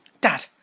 Dad